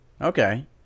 Okay